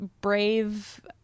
brave